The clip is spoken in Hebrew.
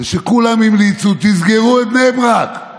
כולם המליצו: תסגרו את בני ברק,